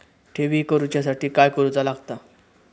ठेवी करूच्या साठी काय करूचा लागता?